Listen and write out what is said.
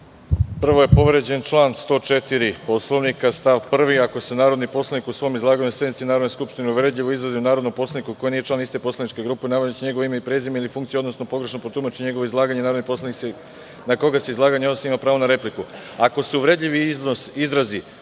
Prvo je povređen član 104. stav 1. Poslovnika – ako se narodni poslanik u svom izlaganju na sednici Narodne skupštine uvredljivo izrazi o narodnom poslaniku koji nije član iste poslaničke grupe, navodeći njegovo ime i prezime ili funkciju, odnosno pogrešno protumači njegovo izlaganje, narodni poslanik na koga se izlaganje odnosi ima pravo na repliku. Ako se uvredljivi izrazi